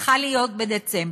צריך להיות בדצמבר.